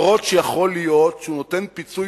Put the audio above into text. אף-על-פי שיכול להיות שהוא נותן פיצוי